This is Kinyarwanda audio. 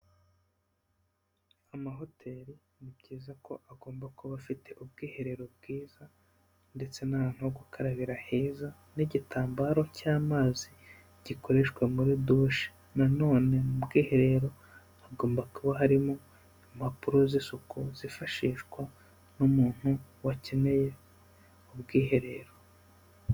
Amahoteri ni byiza ko agomba kuba afite ubwiherero bwiza ndetse n'ahantu ho gukarabira heza n'igitambaro cy'amazi gikoreshwa muri dushe, nanone mu bwiherero hagomba kuba harimo impapuro z'isuku, zifashishwa n'umuntu wakeneye ubwiherero.